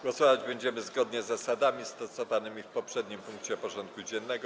Głosować będziemy zgodnie z zasadami stosowanymi w poprzednim punkcie porządku dziennego.